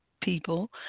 people